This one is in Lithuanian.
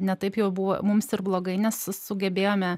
ne taip jau buvo mums ir blogai nesugebėjome